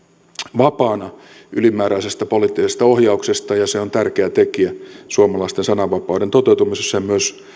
vapaana ylimääräisestä poliittisesta ohjauksesta ja se on tärkeä tekijä suomalaisten sananvapauden toteutumisessa ja myös